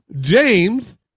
James